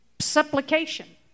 supplication